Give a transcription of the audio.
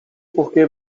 porque